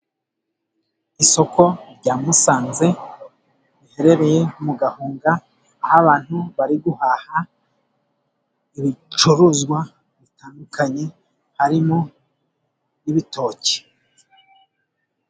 Isoko rya Musanze riherereye mu Gahunga ,aho abantu bari guhaha ibicuruzwa bitandukanye harimo n' ibitoki.